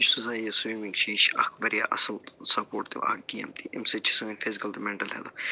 یُس ہسا یہِ سُویمِنٛگ چھِ یہِ چھِ اَکھ اَصٕل سَپوٹ تہِ اَکھ گیم تہِ أمۍ سۭتۍ چھِ سٲنۍ فِزکَل تہِ مٮ۪نٹَل ہٮ۪لتھ